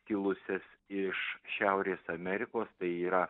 kilusias iš šiaurės amerikos tai yra